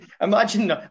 imagine